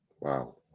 Wow